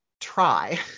try